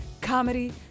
comedy